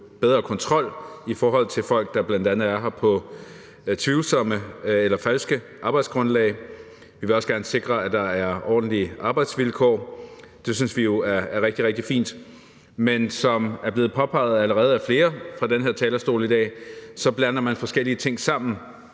bedre kontrol i forhold til folk, der bl.a. er her på tvivlsomme eller falske arbejdsgrundlag. Vi vil også gerne sikre, at der er ordentlige arbejdsvilkår. Det synes vi jo er rigtig, rigtig fint, men som det er blevet påpeget allerede af flere fra den her talerstol i dag, blander man forskellige ting sammen.